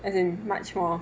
as in much more